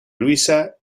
luisa